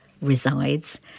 resides